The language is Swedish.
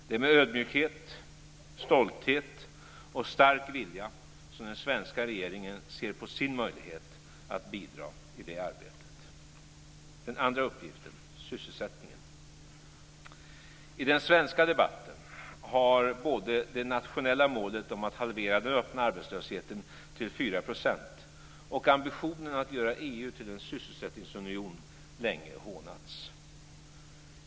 Det är med ödmjukhet, stolthet och stark vilja som den svenska regeringen ser på sin möjlighet att bidra i det arbetet. Så den andra uppgiften, sysselsättningen. I den svenska debatten har både det nationella målet om att halvera den öppna arbetslösheten till 4 % och ambitionen att göra EU till en sysselsättningsunion länge hånats.